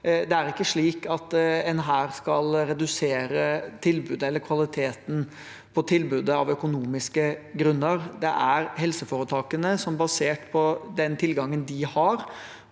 Det er ikke slik at en her skal redusere tilbudet eller kvaliteten på tilbudet av økonomiske grunner. Det er helseforetakene som basert på den tilgangen de har,